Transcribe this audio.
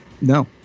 No